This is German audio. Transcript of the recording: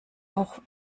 auch